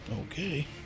Okay